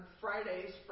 Fridays